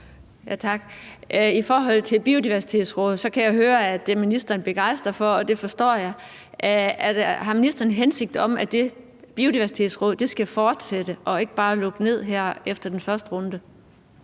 I forhold til Biodiversitetsrådet kan jeg høre, at ministeren er begejstret for det, og det forstår jeg godt. Altså, er det ministerens hensigt, at Biodiversitetsrådet skal fortsætte og ikke bare lukke ned her efter den første runde?